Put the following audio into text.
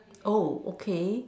oh okay